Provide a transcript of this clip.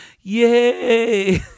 Yay